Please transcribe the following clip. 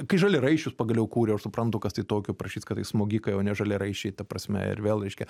kai žaliaraiščius pagaliau kūrė aš suprantu kas tai tokio parašyt kad tai smogikai o ne žaliaraiščiai ta prasme ir vėl reiškia